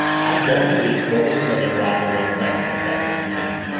i don't believe courtleigh fleming robbed his own bank, if that's what you mean,